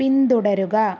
പിന്തുടരുക